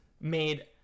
made